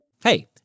Hey